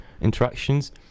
interactions